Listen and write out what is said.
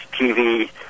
TV